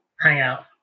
hangout